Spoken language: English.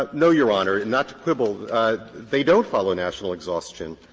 but no, your honor, not to quibble they don't follow national exhaustion.